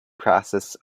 process